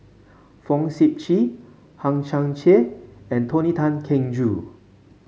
Fong Sip Chee Hang Chang Chieh and Tony Tan Keng Joo